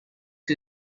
who